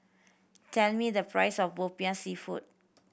tell me the price of Popiah Seafood